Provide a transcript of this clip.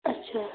اچھا